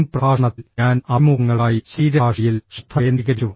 മുൻ പ്രഭാഷണത്തിൽ ഞാൻ അഭിമുഖങ്ങൾക്കായി ശരീരഭാഷയിൽ ശ്രദ്ധ കേന്ദ്രീകരിച്ചു